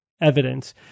evidence